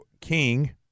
king